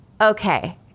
Okay